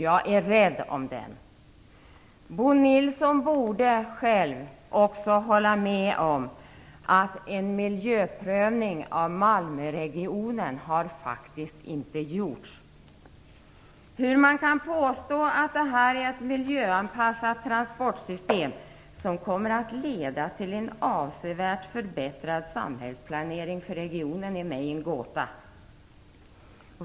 Jag är rädd om den. Men Bo Nilsson, som själv är skåning, borde hålla med om att det faktiskt inte har gjorts någon miljöprövning av Malmöregionen. Hur man kan påstå att detta är ett miljöanpassat transportsystem som kommer att leda till en avsevärt förbättrad samhällsplanering för regionen är för mig en gåta.